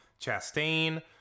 Chastain